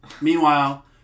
Meanwhile